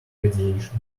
radiation